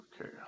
Okay